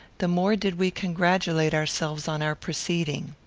the more did we congratulate ourselves on our proceeding.